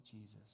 Jesus